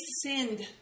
sinned